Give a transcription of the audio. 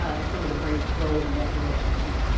and some of the brains go in that direction too.